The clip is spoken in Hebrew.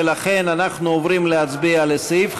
ולכן אנחנו עוברים להצביע על סעיף 5,